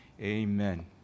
Amen